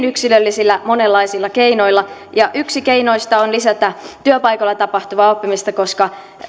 yksilöllisillä monenlaisilla keinoilla yksi keinoista on lisätä työpaikoilla tapahtuvaa oppimista koska